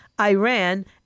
Iran